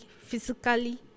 physically